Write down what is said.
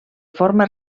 forma